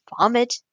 vomit